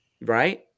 right